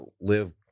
live